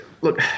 look